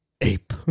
Ape